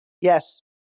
Yes